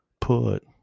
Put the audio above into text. put